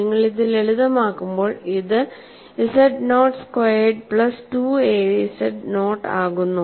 നിങ്ങൾ ഇത് ലളിതമാക്കുമ്പോൾ ഇത് zനോട്ട് സ്ക്വയേർഡ് പ്ലസ് 2 az നോട്ട് ആകുന്നു